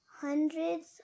hundreds